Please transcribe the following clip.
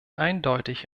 eindeutig